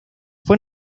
fue